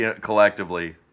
collectively